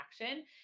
action